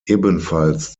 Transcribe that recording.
ebenfalls